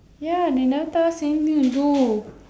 ya they never tell us anything to do